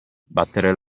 battere